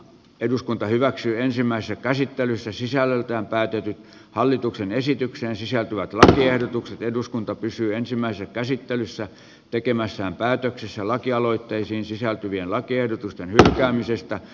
eduskunta hyväksyy ensimmäistä käsittelyssä sisällöltään päätyikin hallituksen esitykseen sisältyvät lakiehdotukset eduskunta pysyi ensimmäisen käsittelyssä tekemässään päätöksessä lakialoitteisiin sisältyvien lakiehdotusten hylkäämisestä